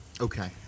Okay